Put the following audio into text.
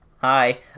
hi